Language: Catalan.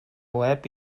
web